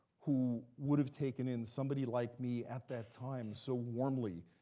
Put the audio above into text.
who would have taken in somebody like me at that time so warmly,